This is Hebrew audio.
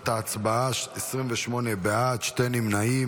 ההצבעה: 28 בעד, שני נמנעים.